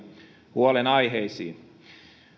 huolenaiheisiin